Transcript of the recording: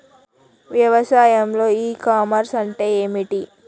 వ్యవసాయంలో e commerce అంటే ఏమిటి?